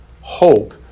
Hope